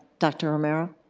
dr. romero?